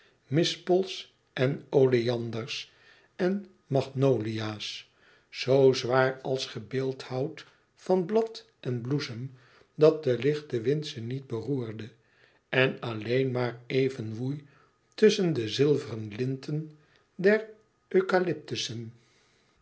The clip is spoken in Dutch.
mispels en oleanders en magnolia's zoo zwaar als gebeeldhouwd van blad en bloesem dat de lichte wind ze niet beroerde en alleen maar even woei tusschen de zilveren linten der